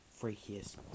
freakiest